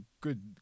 good